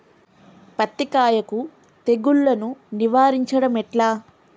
పత్తి కాయకు తెగుళ్లను నివారించడం ఎట్లా?